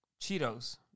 Cheetos